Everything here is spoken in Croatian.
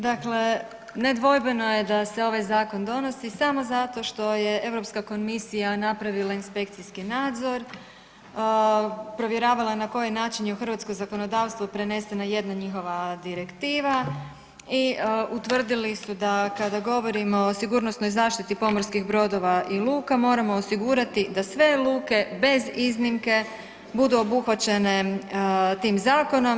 Dakle, nedvojbeno je da se ovaj zakon donosi samo zato što je Europska komisija napravila inspekcijski nadzor, provjeravala je na koji način je u hrvatsko zakonodavstvo prenesena jedna njihova direktiva i utvrdili su da kada govorimo o sigurnosnoj zaštiti pomorskih brodova i luka moramo osigurati da sve luke bez iznimke budu obuhvaćene tim zakonom.